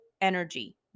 energy